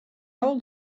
old